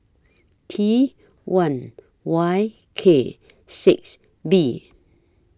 T one Y K six B